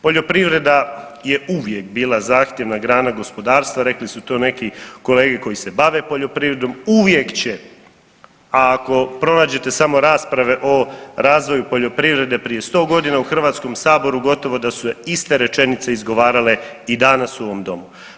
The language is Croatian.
Poljoprivreda je uvijek bila zahtjevna grana gospodarstva, rekli su to neki kolege koji se bave poljoprivredom, uvijek će, a ako pronađete samo rasprave o razvoju poljoprivrede prije 100.g. u HS gotovo da su se iste rečenice izgovarale i danas u ovom domu.